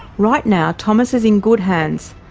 right now, thomas is in good hands.